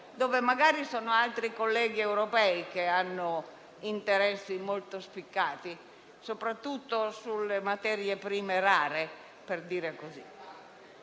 dove magari sono altri colleghi europei che hanno interessi molto spiccati, soprattutto sulle materie prime rare. Mi